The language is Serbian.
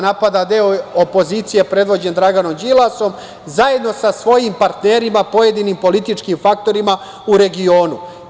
Napada deo opozicije predvođen Draganom Đilasom, zajedno sa svojim partnerima, pojedinim političkim faktorima u regionu.